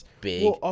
big